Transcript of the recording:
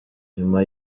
nyuma